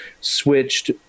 switched